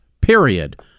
period